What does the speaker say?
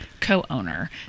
co-owner